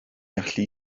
allu